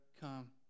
come